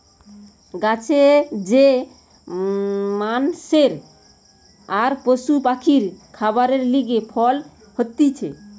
গাছের যে মানষের আর পশু পাখির খাবারের লিগে ফল হতিছে